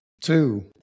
two